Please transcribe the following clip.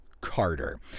Carter